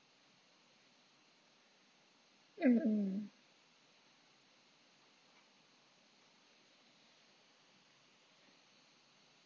mm mm